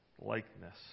likeness